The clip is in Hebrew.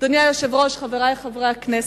אדוני היושב-ראש, חברי חברי הכנסת,